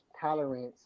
tolerance